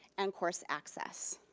and course access.